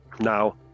Now